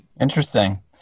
Interesting